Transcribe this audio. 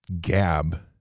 Gab